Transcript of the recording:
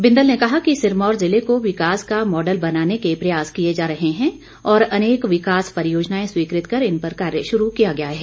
बिंदल ने कहा कि सिरमौर जिले को विकास का मॉडल बनाने के प्रयास किए जा रहे है और अनेक विकास परियोजनाएं स्वीकृत कर इन पर कार्य शुरू किया गया है